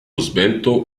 esbelto